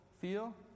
feel